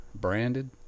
branded